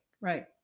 Right